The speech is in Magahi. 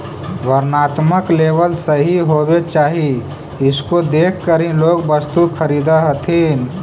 वर्णात्मक लेबल सही होवे चाहि इसको देखकर ही लोग वस्तु खरीदअ हथीन